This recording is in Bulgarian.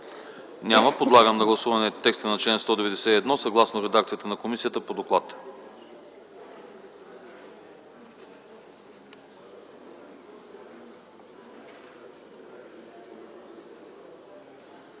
Няма. Подлагам на гласуване текста на чл. 192 съгласно редакцията на комисията по доклад.